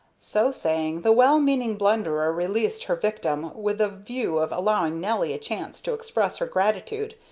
so saying, the well-meaning blunderer released her victim, with the view of allowing nelly a chance to express her gratitude,